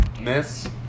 Miss